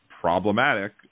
problematic